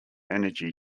energy